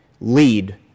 lead